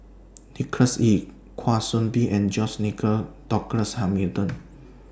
Nicholas Ee Kwa Soon Bee and George Nigel Douglas Hamilton